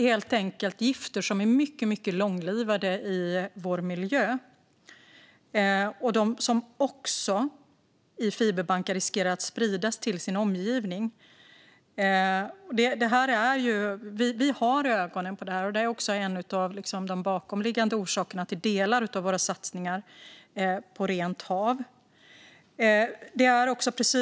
Det är gifter som är mycket långlivade i vår miljö och som i fiberbankar riskerar att spridas till sin omgivning. Vi håller ögonen på detta, och det är en av de bakomliggande orsakerna till delar av våra satsningar på rent hav.